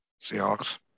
Seahawks